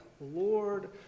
Lord